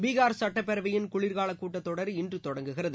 பீகார் சுட்டப்பேரவையின் குளிர்கால கூட்டத் தொடர் இன்று தொடங்குகிறது